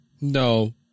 No